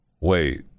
Wait